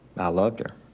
i loved her.